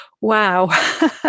wow